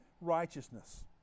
righteousness